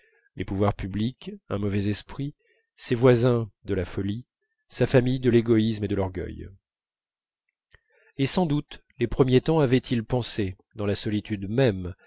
les pouvoirs publics un mauvais esprit ses voisins de la folie sa famille de l'égoïsme et de l'orgueil et sans doute les premiers temps avait-il pensé dans la solitude même